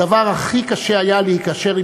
הדבר הכי קשה היה לי כאשר,